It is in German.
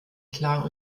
klar